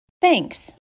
Thanks